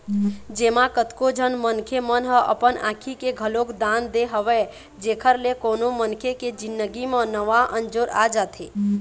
जेमा कतको झन मनखे मन ह अपन आँखी के घलोक दान दे हवय जेखर ले कोनो मनखे के जिनगी म नवा अंजोर आ जाथे